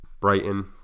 Brighton